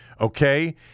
okay